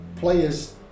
players